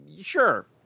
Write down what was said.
sure